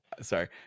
sorry